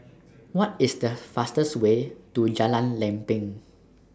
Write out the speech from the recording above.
What IS The fastest Way to Jalan Lempeng